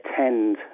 attend